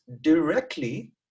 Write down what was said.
directly